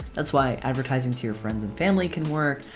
that's why advertising to your friends and family can work.